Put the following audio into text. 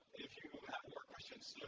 if you have more questions